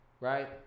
right